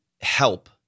help